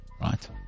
right